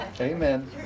amen